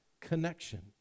connection